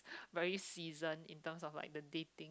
very season in terms of like the dating